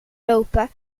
lopen